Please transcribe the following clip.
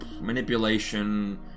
manipulation